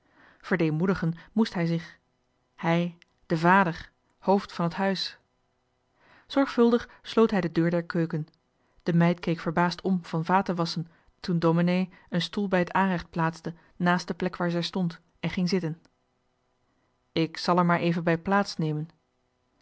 verdeemoedigen moest hij zich hij de vader hoofd van het huis zorgvuldig sloot hij de deur der keuken de meid keek verbaasd om van vaten wasschen toen domenee een stoel bij het aanrecht plaatste naast de plek waar zij stond en ging zitten ik zal er maar even bij